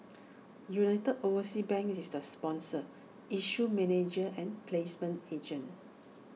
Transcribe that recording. united overseas bank is the sponsor issue manager and placement agent